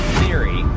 theory